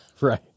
Right